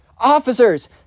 officers